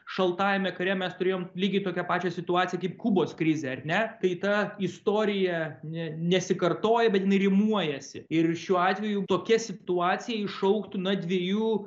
šaltajame kare mes turėjom lygiai tokią pačią situaciją kaip kubos krizę ar ne tai ta istorija ne nesikartoja bet jinai rimuojasi ir šiuo atveju tokia situacija išaugtų na dviejų